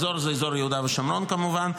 "אזור" זה אזור יהודה ושומרון כמובן,